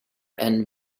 and